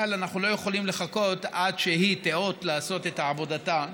אבל אנחנו לא יכולים לחכות עד שהיא תיאות לעשות את עבודתה,